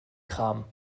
kram